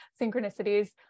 synchronicities